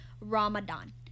Ramadan